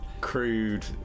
crude